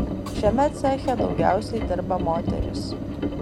šiame ceche daugiausiai dirba moterys